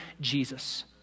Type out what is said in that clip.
Jesus